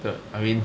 the I mean